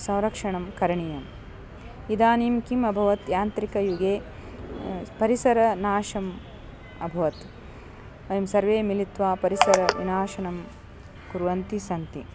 संरक्षणं करणीयम् इदानीं किम् अभवत् यान्त्रिकयुगे परिसरनाशः अभवत् वयं सर्वे मिलित्वा परिसरविनाशनं कुर्वन्तः सन्ति